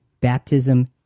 Baptism